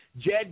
Jed